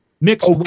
mix